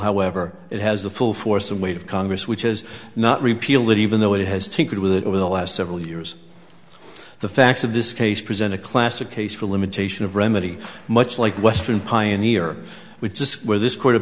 however it has the full force and weight of congress which has not repealed it even though it has to could with it over the last several years the facts of this case present a classic case for limitation of remedy much like western pioneer which is where this